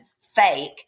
fake